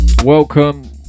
welcome